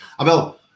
Abel